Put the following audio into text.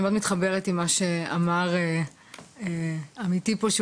אני מאוד מתחברת עם מה שאמר עמיתי פה,